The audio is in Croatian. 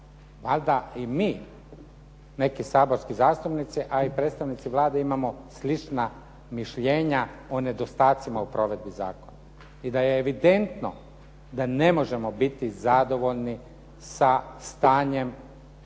valjda i mi neki saborski zastupnici a i predstavnici Vlade imamo slična mišljenja o nedostacima u provedbi zakona i da je evidentno da ne možemo biti zadovoljni sa stanjem